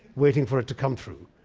waiting for it to come through.